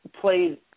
played